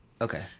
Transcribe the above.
Okay